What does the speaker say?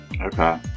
Okay